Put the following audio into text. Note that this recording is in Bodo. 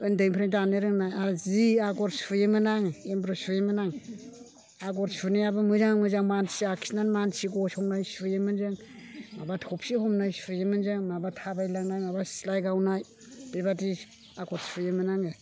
उन्दैनिफ्रायनो दानो रोंनाय आरो जि आगर सुयोमोन आङो एमब्र' सुयोमोन आं आगर सुनायाबो मोजां मोजां मानसि आखिनानै मानसि गसंनाय सुयोमोन जों माबा थफि हमनाय सुयोमोन जों माबा थाबाय लांनाय माबा सिलाइ गावनाय बेबायदि आगर सुयोमोन आङो